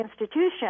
Institution